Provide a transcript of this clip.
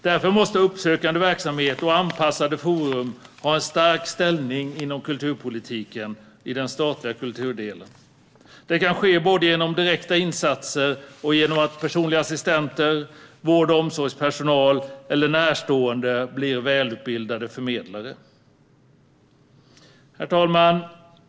Därför måste uppsökande verksamhet och anpassade forum ha en stark ställning inom kulturpolitiken i den statliga kulturdelen. Det kan ske både genom direkta insatser och genom att personliga assistenter, vård och omsorgspersonal eller närstående blir välutbildade förmedlare. Herr talman!